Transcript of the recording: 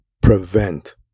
prevent